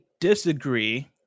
disagree